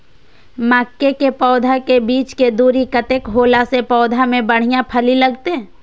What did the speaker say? मके के पौधा के बीच के दूरी कतेक होला से पौधा में बढ़िया फली लगते?